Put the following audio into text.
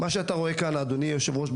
אדוני היושב-ראש,